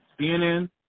CNN